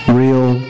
real